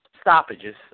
stoppages